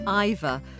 Iva